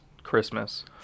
Christmas